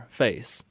face